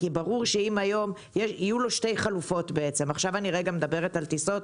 כי יהיו לו שתי חלופות עכשיו אני מדברת על טיסות,